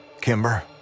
Kimber